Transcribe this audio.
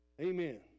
Amen